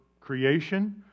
creation